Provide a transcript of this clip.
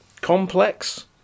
Complex